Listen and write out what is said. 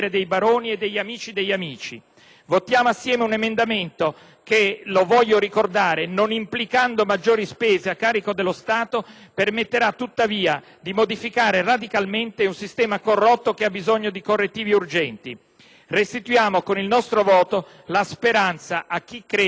che - lo voglio ricordare -, non implicando maggiori spese a carico dello Stato, permetterà tuttavia di modificare radicalmente un sistema corrotto che ha bisogno di correttivi urgenti. Restituiamo con il nostro voto la speranza a chi crede nella meritocrazia.